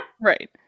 Right